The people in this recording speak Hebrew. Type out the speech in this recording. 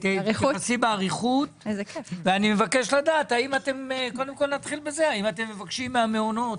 תתייחסי באריכות ואני מבקש לדעת האם אתם מבקשים מהמעונות